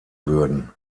würden